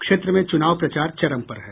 क्षेत्र में चुनाव प्रचार चरम पर है